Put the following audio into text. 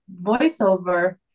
voiceover